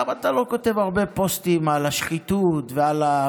למה אתה לא כותב הרבה פוסטים על השחיתות והמשפט?